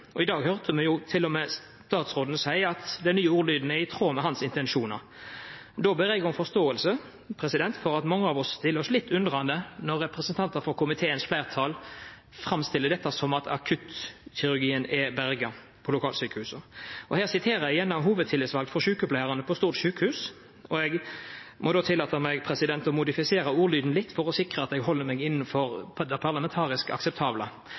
ordlyd. I dag høyrde me òg til og med statsråden seia at den nye ordlyden er i tråd med hans intensjonar. Då ber eg om forståing for at mange av oss stiller oss litt undrande når representantar for komiteens fleirtal framstiller dette som at akuttkirurgien er berga på lokalsjukehusa. Eg refererer gjerne til ei av dei hovudtillitsvalde for sjukepleiarane på Stord sjukehus, og eg må tillate meg å modifisera ordlyden litt, for å sikra at eg held meg innanfor det parlamentarisk akseptable.